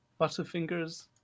butterfingers